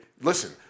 Listen